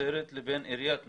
נצרת לבין עיריית נצרת.